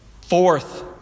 fourth